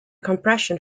compression